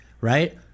right